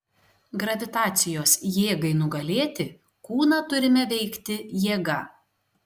gravitacijos jėgai nugalėti kūną turime veikti jėga